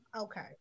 okay